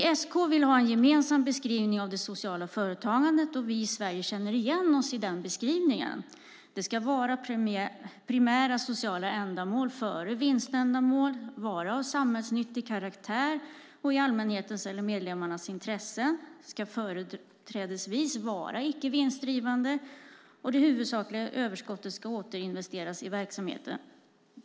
EESK vill ha en gemensam beskrivning av det sociala företagandet, och vi i Sverige känner igen oss i den beskrivningen. Det ska vara primära sociala ändamål före vinständamål. De ska vara av samhällsnyttig karaktär och i allmänhetens eller medlemmarnas intressen. Det ska företrädesvis vara icke vinstdrivande, och det huvudsakliga överskottet ska investeras i verksamheten.